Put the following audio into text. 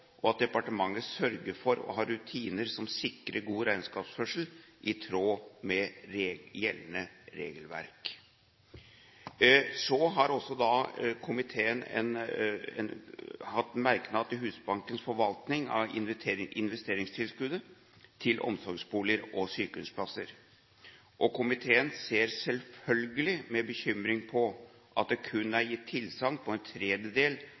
og at departementet sørger for å ha rutiner som sikrer god regnskapsførsel, i tråd med gjeldende regelverk.» Komiteen har også en merknad til Husbankens forvaltning av investeringstilskuddet til omsorgsboliger og sykehjemsplasser. Komiteen ser selvfølgelig med bekymring på at det kun er gitt tilsagn på en tredjedel